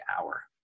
hour